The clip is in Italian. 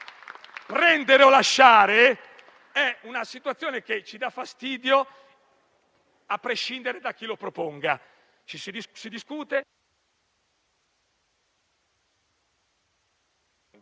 prendere o lasciare è una situazione che ci dà fastidio a prescindere da chi lo proponga.